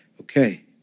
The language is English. Okay